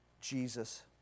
Jesus